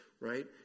right